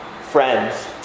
friends